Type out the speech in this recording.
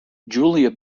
julia